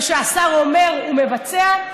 וכשהשר אומר הוא מבצע,